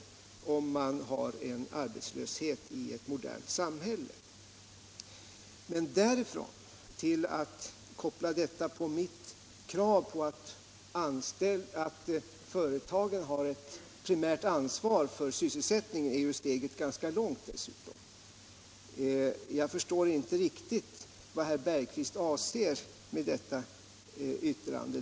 Men det bör ju vara ett ganska långt steg till att koppla denna min uppfattning till mitt krav på att företagen har ett primärt ansvar för sysselsättningen. Jag förstår inte riktigt vad herr Bergqvist avser med detta yttrande.